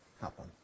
happen